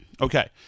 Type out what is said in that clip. Okay